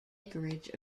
acreage